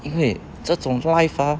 因为这种 life ah